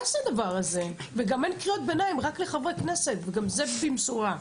אין קריאות ביניים, רק לחברי כנסת וגם הם במשורה.